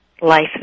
Life